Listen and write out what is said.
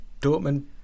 Dortmund